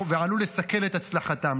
ועלול לסכל את הצלחתם.